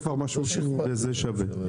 וזה שווה?